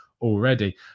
already